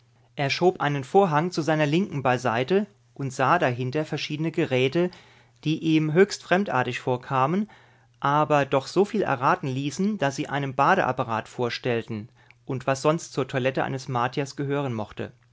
er schob einen vorhang zu seiner linken beiseite und sah dahinter verschiedene geräte die ihm höchst fremdartig vorkamen aber doch soviel erraten ließen daß sie einen bade apparat vorstellten und was sonst zur toilette eines martiers gehören mochte